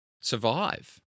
survive